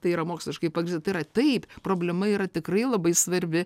tai yra moksliškai pagrįsta tai yra taip problema yra tikrai labai svarbi